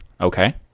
Okay